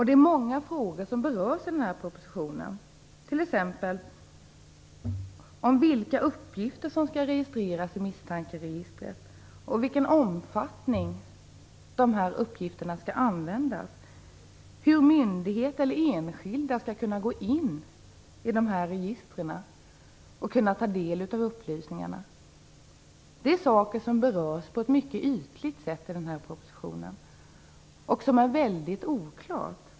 Det är många frågor som berörs i den här propositionen, t.ex. vilka uppgifter som skall registreras i misstankeregistret och i vilken omfattning dessa uppgifter skall användas, hur myndigheter eller enskilda skall kunna gå in i dessa register och ta del av upplysningarna. Det är saker som berörs på ett mycket ytligt sätt i propositionen, och det är mycket oklart.